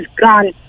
gone